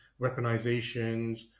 weaponizations